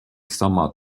сама